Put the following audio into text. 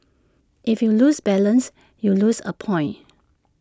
if you lose balance you lose A point